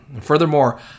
Furthermore